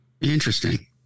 interesting